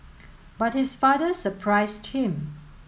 but his father surprised him